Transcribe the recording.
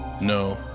No